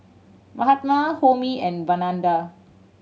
Mahatma Homi and Vandana